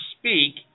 speak